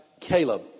Caleb